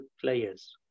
players